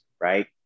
right